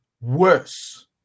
worse